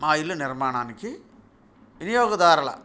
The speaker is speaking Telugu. మా ఇల్లు నిర్మాణానికి వినియోగదారుల